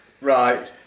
right